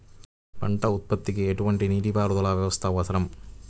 పంట ఉత్పత్తికి ఎటువంటి నీటిపారుదల వ్యవస్థ అవసరం?